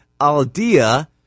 Aldea